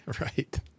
Right